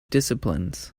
disciplines